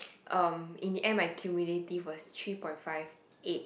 um in the end my cumulative was three point five eight